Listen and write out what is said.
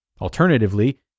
Alternatively